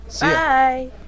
Bye